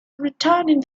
returning